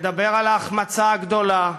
לדבר על ההחמצה הגדולה,